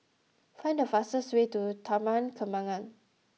find the fastest way to Taman Kembangan